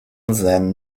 then